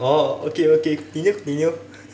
oh okay okay continue continue